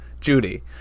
Judy